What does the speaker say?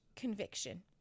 conviction